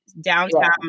downtown